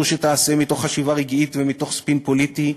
שתיעשה מתוך חשיבה רגעית ומתוך ספין פוליטי.